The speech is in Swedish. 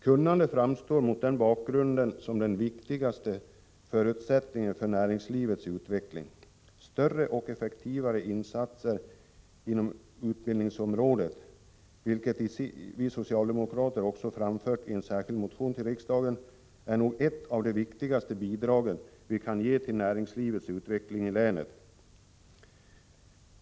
Kunnande framstår mot den bakgrunden som den viktigaste förutsättningen för näringslivets utveckling. Större och effektivare insatser inom utbildningsområdet, vilket vi socialdemokrater också framfört krav på i en särskild motion till riksdagen, är nog ett av de viktigaste bidrag vi kan ge för att utveckla näringslivet i länet.